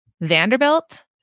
Vanderbilt